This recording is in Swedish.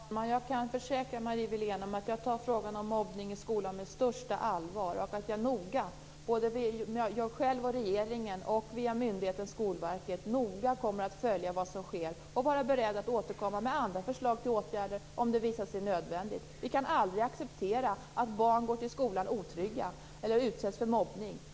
Herr talman! Jag kan försäkra Marie Wilén att jag tar frågan om mobbning i skolan på största allvar och att jag själv, regeringen och myndigheten Skolverket noga kommer att följa vad som sker och vara beredda att återkomma med andra förslag till åtgärder om det visar sig nödvändigt. Vi kan aldrig acceptera att barn går till skolan otrygga eller utsätts för mobbning.